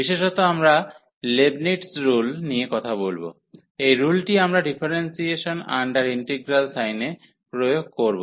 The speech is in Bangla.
বিশেষত আমরা লেবনিটজ রুল নিয়ে কথা বলব এই রুলটি আমরা ডিফারেন্সিয়েশন আন্ডার ইন্টিগ্রাল সাইনে প্রয়োগ করব